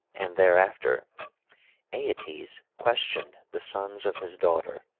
and thereafter aeetes questioned the sons of his daughter,